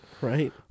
Right